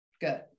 Good